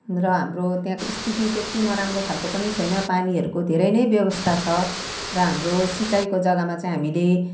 र हाम्रो त्यहाँको स्थिति त्यति नराम्रो खाले पनि छैन पानीहरूको धेरै नै व्यवस्था छ र हाम्रो सिँचाइको जगामा चाहिँ हामीले